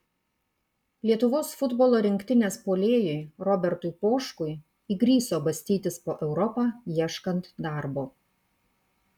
lietuvos futbolo rinktinės puolėjui robertui poškui įgriso bastytis po europą ieškant darbo